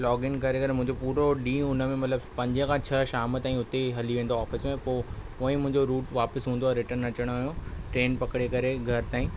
login करे करे मुहिंजो पुरो ॾींहुं हुन में मतिलबु पंज खां छह शाम ताईं हुते हली वेंदो आहे ऑफिस में पोइ उहो ई मुहिंजो रुट वापासि हूंदो आहे रिटर्न अचण जो ट्रेन पकिड़े करे घर ताईं